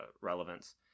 relevance